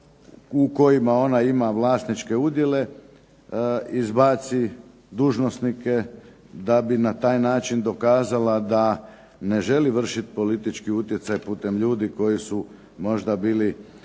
u kojima ona ima vlasničke udjele izbaci dužnosnike, da bi na taj način dokazala da ne želi vršiti politički utjecaj putem ljudi koji su možda bili